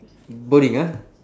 boring ah